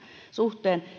suhteen